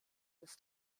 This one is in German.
das